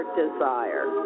desire